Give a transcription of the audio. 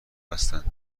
بستند